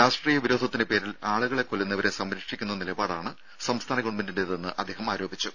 രാഷ്ട്രീയ വിരോധത്തിന്റെ പേരിൽ ആളുകളെ കൊല്ലുന്നവരെ സംരക്ഷിക്കുന്ന നിലപാടാണ് സംസ്ഥാന ഗവൺമെന്റിന്റേതെന്ന് അദ്ദേഹം ആരോപിച്ചു